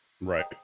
right